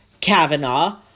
Kavanaugh